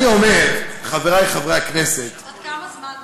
אני אומר, חברי חברי הכנסת, עוד כמה זמן בערך?